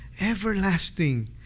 Everlasting